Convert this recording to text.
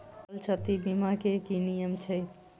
फसल क्षति बीमा केँ की नियम छै?